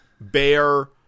bear